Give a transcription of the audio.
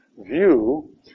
view